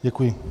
Děkuji.